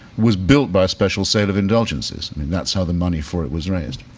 was built by special set of indulgences, i mean that's how the money for it was raised.